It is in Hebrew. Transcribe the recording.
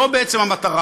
זו, בעצם, המטרה: